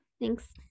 thanks